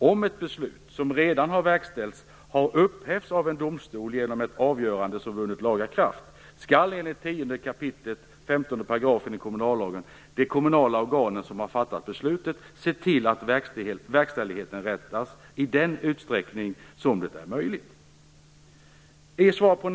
Om ett beslut som redan har verkställts har upphävts av en domstol genom ett avgörande som har vunnit laga kraft, skall enligt 10 kap. 15 § kommunallagen det kommunala organ som har fattat beslutet se till att verkställigheten rättas i den utsträckning som det är möjligt.